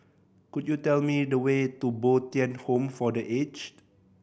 could you tell me the way to Bo Tien Home for The Aged